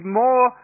more